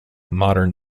modern